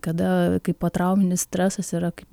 kada kai potrauminis stresas yra kaip